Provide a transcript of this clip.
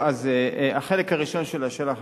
החלק הראשון של השאלה,